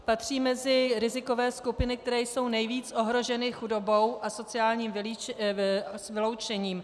Patří mezi rizikové skupiny, které jsou nejvíc ohroženy chudobou a sociálním vyloučením.